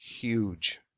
huge